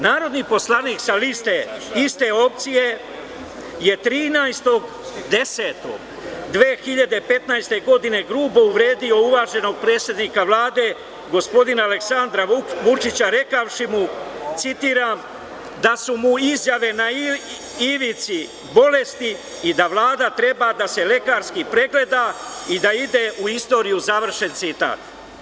Narodni poslanik sa iste opcije je 13.10.2015. godine grubo uvredio uvaženog predsednika Vlade gospodina Aleksandra Vučića rekavši mu, citiram – „da su mu izjave na ivici bolesti i da Vlada treba da se lekarski pregleda i da ide u istoriju“, završen citat.